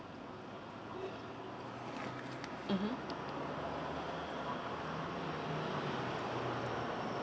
mmhmm